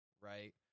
right